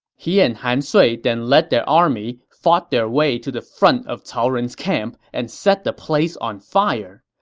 he and han sui then led their army, fought their way to the front of cao ren's camp, and set the place on fire.